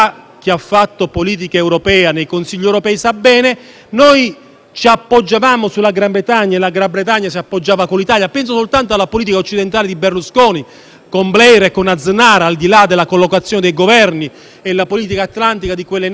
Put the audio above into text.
appoggiati alla Gran Bretagna e la Gran Bretagna si è appoggiata all'Italia (penso soltanto alla politica occidentale di Berlusconi, con Blair e con Aznar, al di là della collocazione dei Governi e della politica atlantica di quelle nazioni). Questo riequilibrio, determinato